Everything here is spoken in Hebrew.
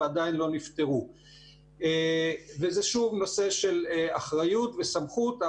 ועדיין לא נפתרו וזה שוב נושא של אחריות וסמכות.